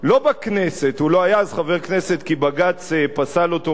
הוא לא היה אז חבר כנסת כי בג"ץ פסל אותו מלהיות חבר כנסת,